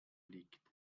liegt